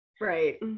Right